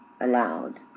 allowed